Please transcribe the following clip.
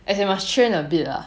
as in must train a bit lah